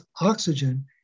oxygen